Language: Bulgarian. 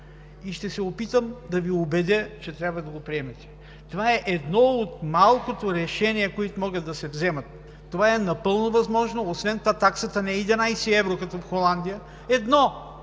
и ще се опитам да Ви убедя, че трябва да го приемете. Това е едно от малкото решения, които могат да се вземат. Това е напълно възможно. Освен това таксата не е 11 евро, както в Холандия, а